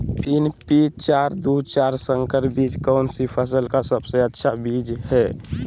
P तीन पांच दू चार संकर बीज कौन सी फसल का सबसे अच्छी बीज है?